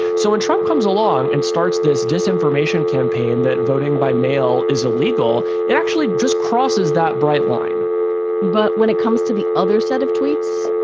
so when trump comes along and starts this disinformation campaign that voting by mail is illegal, it actually just crosses that bright line but when it comes to the other set of tweets,